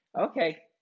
okay